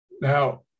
Now